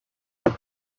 der